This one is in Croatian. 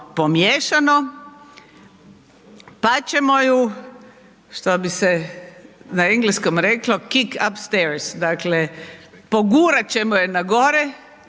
pomiješano, pa ćemo ju što bi se na engleskom reklo kick upsters, dakle pogurat ćemo je na gore